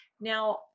Now